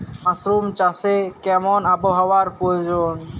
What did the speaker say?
Mushroom চাষে কেমন আবহাওয়ার প্রয়োজন?